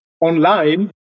online